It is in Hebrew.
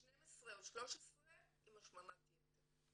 12 או 13 עם השמנת יתר.